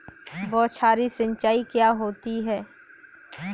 बौछारी सिंचाई क्या होती है?